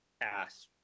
ass